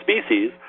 species